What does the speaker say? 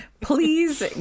Please